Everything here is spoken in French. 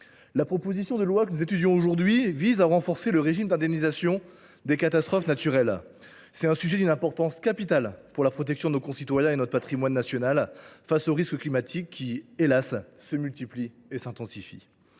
La proposition de loi que nous étudions aujourd’hui vise à renforcer le régime CatNat. C’est un sujet d’une importance capitale pour la protection de nos concitoyens et de notre patrimoine national face aux risques climatiques qui, hélas ! se multiplient et s’intensifient.